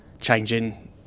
changing